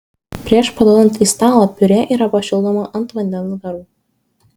prieš paduodant į stalą piurė yra pašildoma ant vandens garų